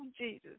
Jesus